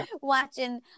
watching